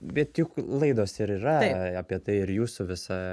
bet juk laidos ir yra apie tai ir jūsų visa